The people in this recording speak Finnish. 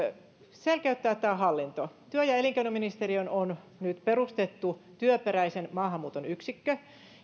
selkeyttää tämä hallinto työ ja elinkeinoministeriöön on nyt perustettu työperäisen maahanmuuton yksikkö